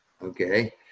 Okay